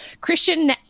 Christian